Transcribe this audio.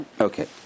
okay